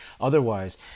Otherwise